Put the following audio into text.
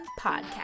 podcast